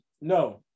No